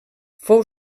fou